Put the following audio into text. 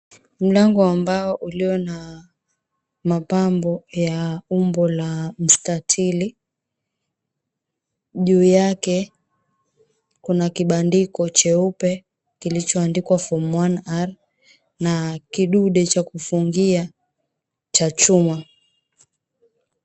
Mlango wa mbao ulio na mapambo ya umbo la mstatili, juu yake kuna kibandiko jeupe kilichoandikwa Form 1R na kidude cha kufungia cha chuma.